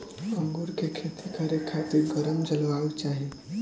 अंगूर के खेती करे खातिर गरम जलवायु चाही